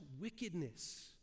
wickedness